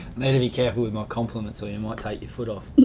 and be careful with my compliments or you might take your foot off.